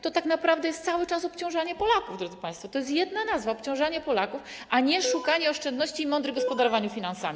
Tak naprawdę to jest cały czas obciążanie Polaków, drodzy państwo, to jest jedna nazwa: obciążanie Polaków, a nie szukanie oszczędności i mądre gospodarowanie finansami.